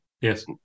Yes